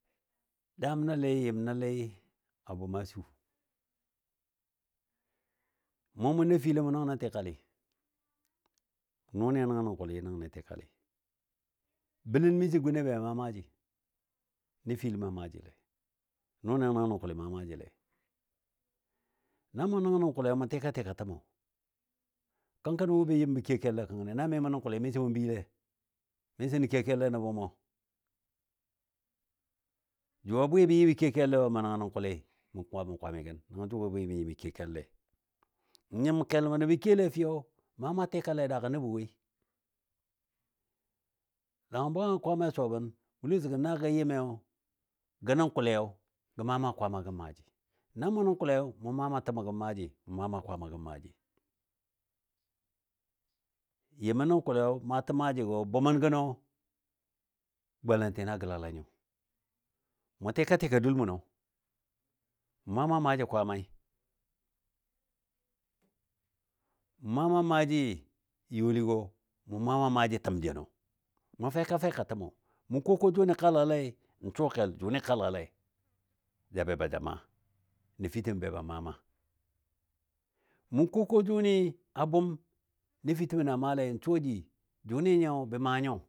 daam nəlɨ yɨm nəlɨ a bʊm a su, mɔ mʊ nəfili mʊ nəngnə tɨkalɨ nʊnɨ nəngnɔ kʊli. Bələn miso gunne be maa maaji nəfili maa maajile nʊnɨ nəngən nən kʊlɨ maa maajile. Na mɔ nəngən nə kʊlɨ tɨka tɨka təmɔ, kənkəni n wɔ bə yɨm bə kiyo kɛllɛ kənkəni na mi mə nən kʊlɨ misɔ mɔ bəile, miso nən kiyo kɛllɛ nə bɔ mɔ, jʊwa bwɨ bə yɨ bə kiyo kɛllɛi mə nəngənɔ kʊli, mə kwamigən nəngɔ jʊ a bwɨ bə yɨ bə kiyo kɛl lɛi. N nyim kɛl bənɔ bə kiyɔ lɛ fəyo maa maa tɨkalɨ a daagɔ nəbɔ woi. Langən bwangən Kwaamai a suwa bən, Bulus gɔ na gə yɨmiyo gəno kʊlɨyo gə maa maa Kwaama gəm maaji. Na mɔ nən kʊlɨyo mʊ maa maa təmɔ gəm maaji, mʊ maa maa Kwaama gəm maaji, yɨmɔ nən kʊlɨyo maatəm maajigɔ bumən gənɔ golantɨnɔ gəlala nyo, mʊ tika tika dul mʊnɔ mʊ maa maaji kwaamai. mu maa maa maji youligɔ mʊ maa maa təm jenɔ, mʊ feka feka təmɔ, mʊ ko ko jʊni kalalei n suwa kel jʊni kalale ja be ba ja maa, nəfitəm be ba maa maa mʊ ko ko jʊni a bʊm nəfitəm na maalei n suwa jʊni nyiyo bə maa nyo.